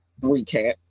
recap